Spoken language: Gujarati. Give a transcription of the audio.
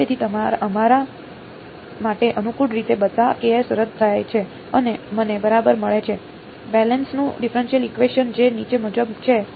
તેથી અમારા માટે અનુકૂળ રીતે બધા ks રદ થાય છે અને મને બરાબર મળે છે બેસેલનું ડિફરેનશીયલ ઇકવેશન જે નીચે મુજબ છે